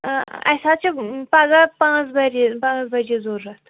اۭں اَسہِ حظ چھِ پگاہ پانٛژھ بَجے پانٛژھ بَجے ضوٚرتھ